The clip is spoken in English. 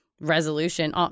resolution